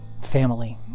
family